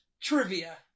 trivia